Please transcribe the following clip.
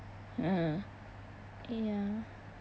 mm ya